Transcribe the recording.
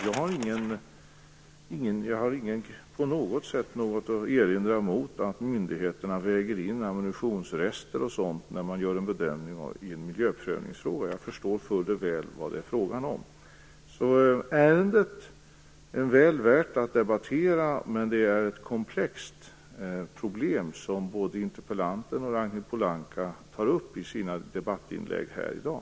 Jag har inte alls något att erinra mot att myndigheterna väger in ammunitionsrester och sådant när man gör en bedömning i en miljöprövningsfråga. Jag förstår fuller väl vad det är fråga om. Ärendet är väl värt att debattera, men det är ett komplext problem som både interpellanten och Ragnhild Pohanka tar upp i sina debattinlägg här i dag.